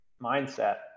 mindset